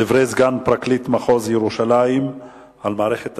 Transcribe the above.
דברי סגן פרקליט מחוז ירושלים על מערכת המשפט,